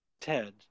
Ted